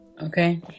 Okay